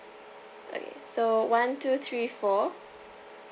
okay so one two three four